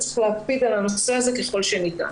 להקפיד על הנושא הזה ככל הניתן.